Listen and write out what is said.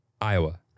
Iowa